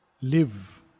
live